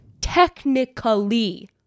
technically